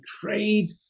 trade